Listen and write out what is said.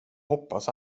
hoppas